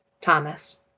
Thomas